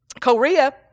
Korea